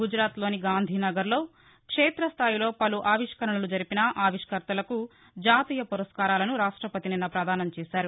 గుజరాత్లోని గాంధీసగర్లో క్షేత స్థాయిలో పలు ఆవిష్కరణలు జరిపిన ఆవిష్కర్తలకు జాతీయ పురస్కారాలను రాష్ట్రపతి నిన్న పదానం చేశారు